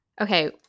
Okay